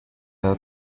había